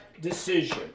decision